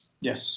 Yes